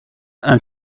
and